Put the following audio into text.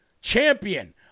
champion